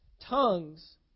Tongues